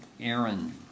Aaron